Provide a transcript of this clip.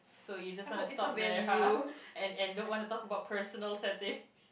so you just wanna stop there !huh! and and don't wanna talk about personal setting